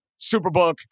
Superbook